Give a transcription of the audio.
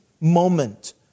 moment